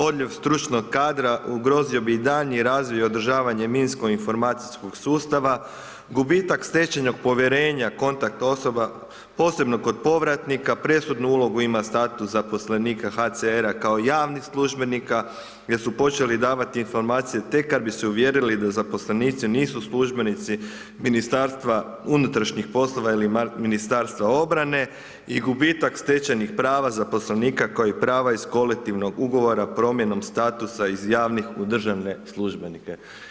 Odljev stručnog kadra ugrozio bi i daljnji razvoj i održavanje minsko informacijskog sustava, gubitak stečenog povjerenja kontakt osoba, posebno kod povratnika, presudnu ulogu ima status zaposlenika HCR-a kao javnih službenika, jer su počeli davat informacije tek bi se uvjerili da zaposlenici nisu službenici MUP-a ili Ministarstva obrane i gubitak stečenih prava zaposlenika koji prava iz kolektivnog ugovora promjenom statusa iz javnih u državne službenike.